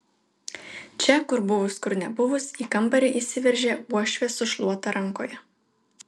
čia kur buvus kur nebuvus į kambarį įsiveržia uošvė su šluota rankoje